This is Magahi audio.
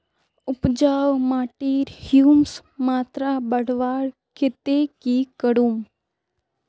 उपजाऊ माटिर ह्यूमस मात्रा बढ़वार केते की करूम?